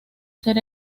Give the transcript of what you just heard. ser